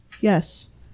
Yes